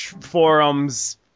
forums